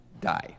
die